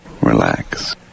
Relax